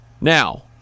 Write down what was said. Now